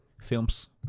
films